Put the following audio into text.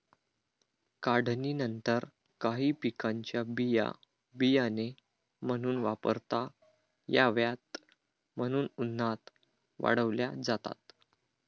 काढणीनंतर काही पिकांच्या बिया बियाणे म्हणून वापरता याव्यात म्हणून उन्हात वाळवल्या जातात